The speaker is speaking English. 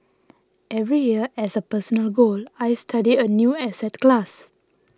every year as a personal goal I study a new asset class